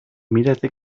mirate